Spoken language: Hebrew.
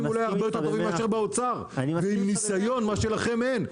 אולי הרבה יותר טובים מאשר באוצר ועם ניסיון מה שלכם אין,